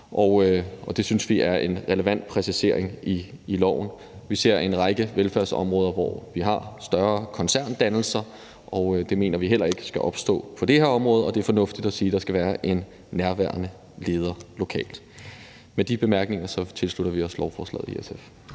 Det synes vi er en relevant præcisering i lovforslaget. Vi ser en række velfærdsområder, hvor vi har større koncerndannelser, og det mener vi heller ikke skal opstå på det her område, og det er fornuftigt at sige, at der skal være en nærværende leder lokalt. Med de bemærkninger tilslutter vi os lovforslaget i SF.